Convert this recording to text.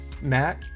Matt